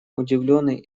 удивленный